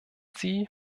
sie